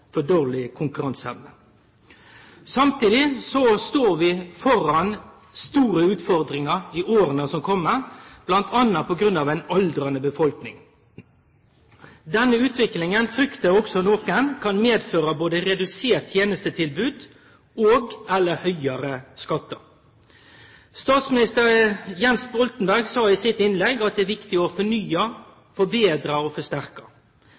for dårleg konkurranseevne. Samtidig står vi framfor store utfordringar i åra som kjem, m.a. på grunn av ei aldrande befolkning. Denne utviklinga fryktar nokon kan medføre redusert tenestetilbod og/eller høgare skattar. Statsminister Jens Stoltenberg sa i sitt innlegg at det er viktig å fornye, forbetre og